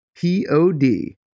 P-O-D